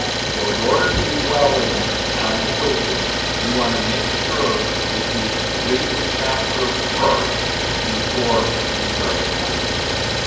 so, in order to do well in and the quizzes, you want to make sure that you read the chapter first before you start taking the quiz.